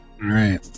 right